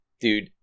Dude